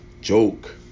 joke